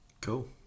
Cool